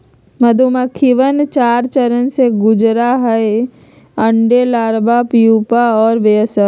मधुमक्खिवन चार चरण से गुजरा हई अंडे, लार्वा, प्यूपा और वयस्क